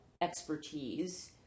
expertise